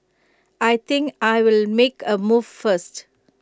I think I'll make A move first